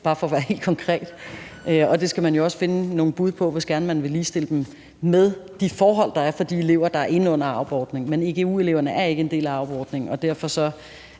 bare for at være helt konkret – og det skal man jo også gerne finde nogle bud på, hvis gerne man vil ligestille dem med de forhold, der er for de elever, der er inde under aub-ordningen. Men egu-eleverne er ikke en del af aub-ordningen, og derfor er